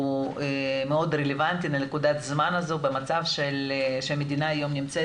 הוא מאוד רלוונטי לנקודת הזמן הזו ובמצב שהמדינה היום נמצאת